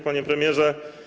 Panie Premierze!